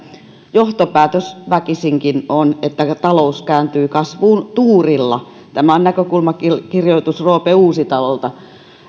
johtopäätös väkisinkin on että talous kääntyy kasvuun tuurilla tämä on näkökulmakirjoitus roope uusitalolta